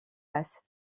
places